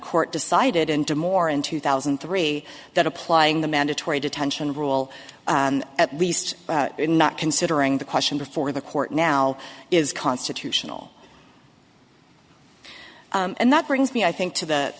court decided into more in two thousand and three that applying the mandatory detention rule at least not considering the question before the court now is constitutional and that brings me i think to